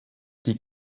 die